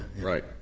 right